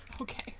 Okay